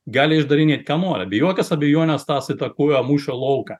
gali išdarinėt ką nori abi jokios abejonės tas įtakojo mūšio lauką